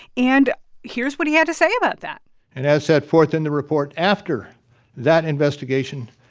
and here's what he had to say about that and as set forth in the report after that investigation,